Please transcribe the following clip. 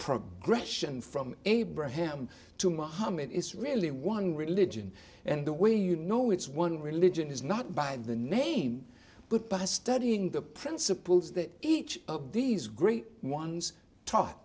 progression from abraham to mohammed is really one religion and the way you know it's one religion is not by the name but by studying the principles that each of these great ones taught